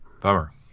Bummer